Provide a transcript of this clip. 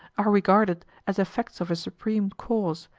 are regarded as effects of a supreme cause,